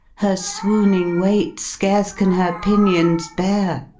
her swooning weight scarce can her pinions bear.